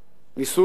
ניסו לומר